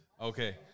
okay